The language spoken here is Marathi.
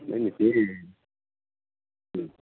नाही ते